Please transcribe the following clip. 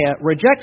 rejects